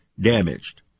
damaged